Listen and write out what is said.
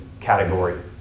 category